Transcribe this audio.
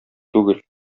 түгел